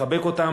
לחבק אותם,